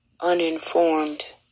uninformed